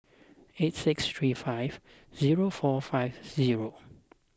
eight six three five zero four five zero